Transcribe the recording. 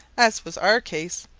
as was our case.